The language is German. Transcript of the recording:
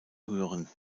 hören